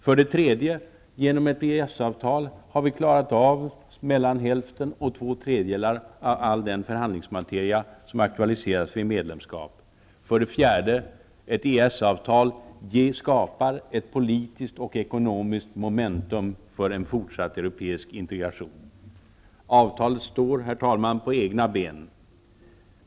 För det tredje: Genom ett EES-avtal har vi klarat av mellan hälften och två tredjedelar av all den förhandlingsmateria som aktualiseras vid ett medlemskap. För det fjärde: Ett EES-avtal skapar ett politiskt och ekonomiskt momentum för en fortsatt europeisk integration. Avtalet står, herr talman, på egna ben.